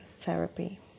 therapy